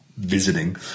visiting